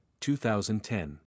2010